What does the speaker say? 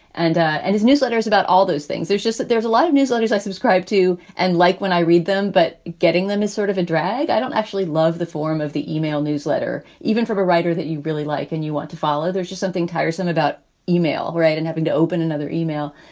and his newsletters about all those things. there's just that there's a lot of newsletters i subscribe to. and like when i read them, but getting them is sort of a drag. i don't actually love the form of the email newsletter, even from a writer that you really like and you want to follow. there's just something tiresome about email, right? and having to open another email.